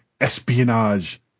Espionage